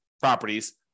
properties